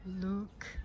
Look